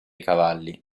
cavalli